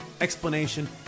explanation